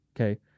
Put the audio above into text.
Okay